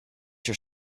your